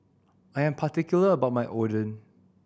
I am particular about my Oden